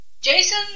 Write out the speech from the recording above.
Jason